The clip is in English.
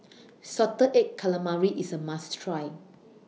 Salted Egg Calamari IS A must Try